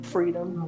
Freedom